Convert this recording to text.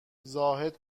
زاهد